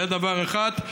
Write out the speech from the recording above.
זה דבר אחד,